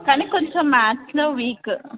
కాని కొంచెం మ్యాత్స్లో వీక్